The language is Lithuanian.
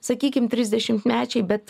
sakykim trisdešimtmečiai bet